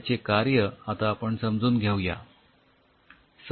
याचे कार्य आता आपण समजून घेऊ या